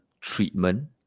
treatment